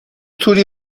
توری